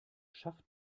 schafft